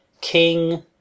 King